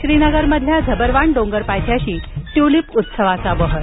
श्रीनगरमधील झबरवान डोंगरपायथ्याशी ट्युलिप उत्सवाचा बहर